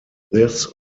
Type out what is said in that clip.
this